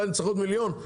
אולי נצטרך עוד מיליון?